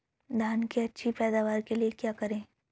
धान की अच्छी पैदावार के लिए क्या करें?